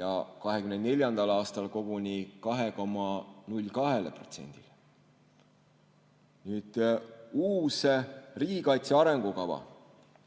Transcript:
ja 2024. aastal koguni 2,02%‑le. Uus riigikaitse arengukava